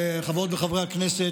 חברות וחברי הכנסת,